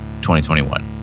2021